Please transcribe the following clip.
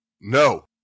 No